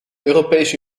europese